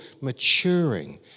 maturing